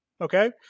Okay